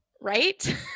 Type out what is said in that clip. Right